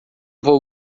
vou